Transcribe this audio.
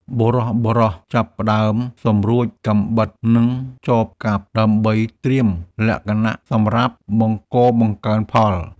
បុរសៗចាប់ផ្តើមសម្រួចកាំបិត និងចបកាប់ ដើម្បីត្រៀមលក្ខណៈសម្រាប់បង្កបង្កើនផល។